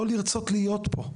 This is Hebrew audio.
לא לרצות להיות פה,